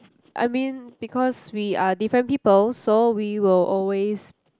I mean because we are different people so we will always